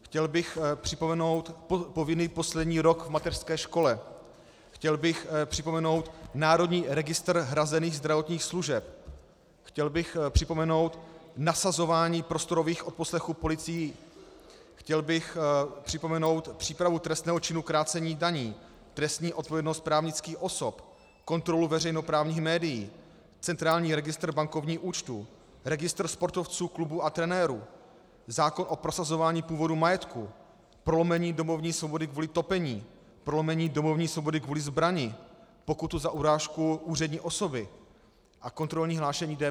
Chtěl bych připomenout povinný poslední rok v mateřské škole, chtěl bych připomenout národní registr hrazených zdravotních služeb, chtěl bych připomenout nasazování prostorových odposlechů policií, chtěl bych připomenout přípravu trestného činu krácení daní, trestní odpovědnost právnických osob, kontrolu veřejnoprávních médií, centrální registr bankovních účtů, registr sportovců, klubů a trenérů, zákon o prosazování původu majetku, prolomení domovní svobody kvůli topení, prolomení domovní svobody kvůli zbrani, pokutu za urážku úřední osoby a kontrolní hlášení DPH.